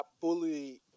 fully